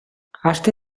aste